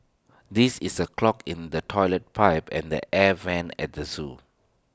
this is A clog in the Toilet Pipe and the air Vents at the Zoo